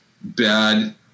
bad